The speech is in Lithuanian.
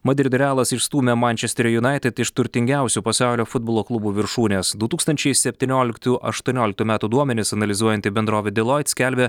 madrido realas išstūmė mančesterio united iš turtingiausių pasaulio futbolo klubų viršūnės du tūkstančiai septynioliktų aštuonioliktų metų duomenis analizuojanti bendrovė deloit skelbia